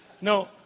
No